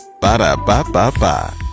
Ba-da-ba-ba-ba